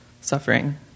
suffering